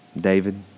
David